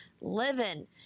Living